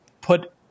put